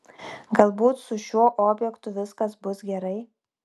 galbūt su šiuo objektu viskas bus gerai